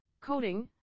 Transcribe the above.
coding